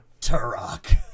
Turok